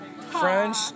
French